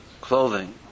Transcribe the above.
clothing